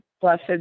blessed